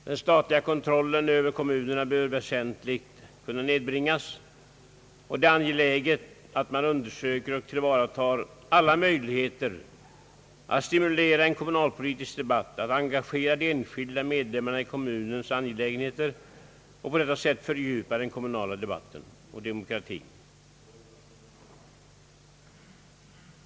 Den statliga kontrollen över kommunerna bör väsentligt kunna nedbringas, och det är angeläget att man undersöker och tillvaratar alla möjligheter att stimulera en kommunalpolitisk debatt, att engagera de enskilda medborgarna i kommunernas angelägenheter och på detta sätt fördjupa den kommunala demokratin.